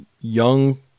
young